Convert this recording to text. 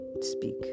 speak